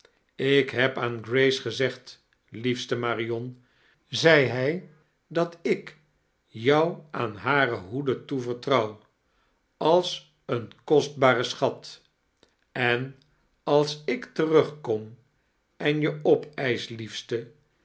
ik heb aan grace geaegd liefste marion zei hij dat ik jou aan hare hoede toevertrouw als een kostbaren achat en als ik terugkom en je opeisch liefste